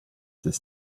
this